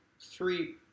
three